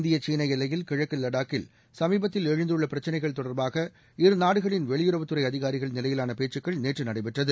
இந்திய சீன எல்லையில் கிழக்கு லடாக்கில் சமீபத்தில் எழுந்துள்ள பிரச்சினைகள் தொடர்பாக இருநாடுகளின் வெளியுறவுத் துறை அதிகாரிகள் நிலையிலான பேச்சுக்கள் நேற்று நடைபெற்றது